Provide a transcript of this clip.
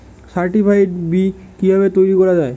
Certified বি কিভাবে তৈরি করা যায়?